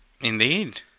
Indeed